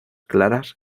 claras